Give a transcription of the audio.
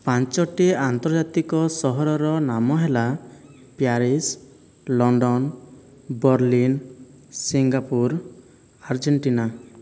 ପାଞ୍ଚଟି ଆନ୍ତର୍ଜାତିକ ସହରର ନାମ ହେଲା Paris London Berlin Singapore Argentina